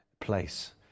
place